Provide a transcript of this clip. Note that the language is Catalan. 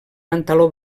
pantaló